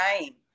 name